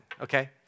Okay